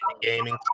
gaming